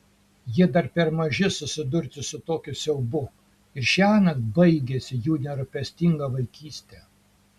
jie dar per maži susidurti su tokiu siaubu ir šiąnakt baigiasi jų nerūpestinga vaikystė